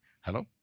Hello